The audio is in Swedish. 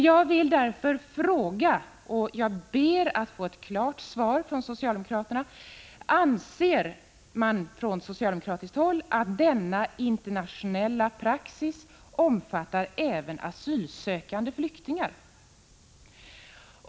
Jag vill därför fråga, och jag ber att få ett klart svar: Anser socialdemokraterna att denna internationella praxis omfattar även asylsökande flyktingar?